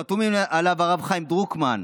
חתומים עליו הרב חיים דרוקמן,